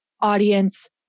audience